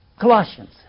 Colossians